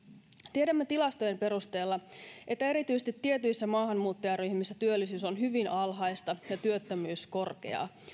tiedämme tilastojen perusteella että erityisesti tietyissä maahanmuuttajaryhmissä työllisyys on hyvin alhaista ja työttömyys korkeaa